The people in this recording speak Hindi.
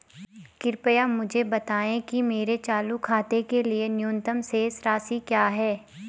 कृपया मुझे बताएं कि मेरे चालू खाते के लिए न्यूनतम शेष राशि क्या है?